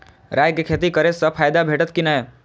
राय के खेती करे स फायदा भेटत की नै?